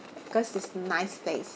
because it's nice place